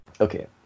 Okay